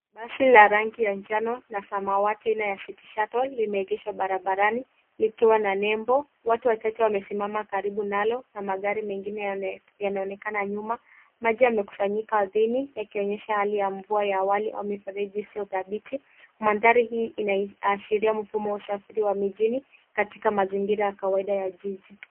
Basi la rangi ya njano na samawati aina ya City Shuttle limeegeshwa barabarani likiwa na nembo. Watu wachache wamesimama karibu nalo na magari mengine yanaonekana nyuma. Maji yamekusanyika ardhini yakionyesha hali ya mvua ya awali au mifereji isiodhabiti. Mandhari hii inaashiria mfumo wa usafiri wa mijini katika mazingira ya kawaida ya jiji.